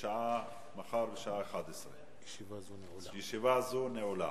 בשעה 11:00. ישיבה זו נעולה.